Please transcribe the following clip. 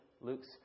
Luke's